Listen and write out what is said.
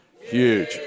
huge